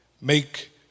make